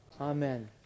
Amen